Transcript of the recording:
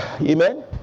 Amen